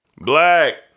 Black